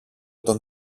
τον